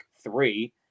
three